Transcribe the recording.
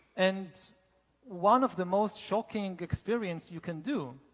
and one of the most shocking experience you can do